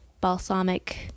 balsamic